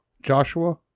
Joshua